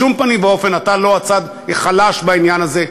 בשום פנים ואופן אתה לא הצד החלש בעניין הזה.